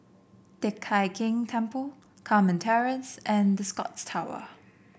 Teck Hai Keng Temple Carmen Terrace and The Scotts Tower